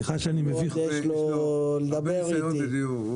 הוא עוד יש לו לדבר איתי.